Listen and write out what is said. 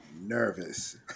nervous